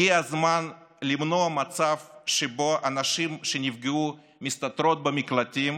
הגיע הזמן למנוע מצב שבו הנשים שנפגעו מסתתרות במקלטים